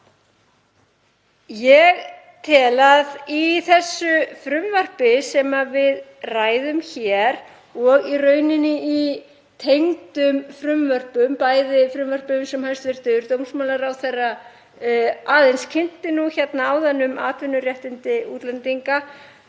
Ég tel að í þessu frumvarpi sem við ræðum hér og í rauninni í tengdum frumvörpum, bæði frumvörpum sem hæstv. dómsmálaráðherra kynnti aðeins hérna áðan um atvinnuréttindi útlendinga